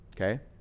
Okay